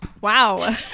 Wow